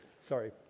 Sorry